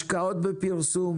השקעות בפרסום,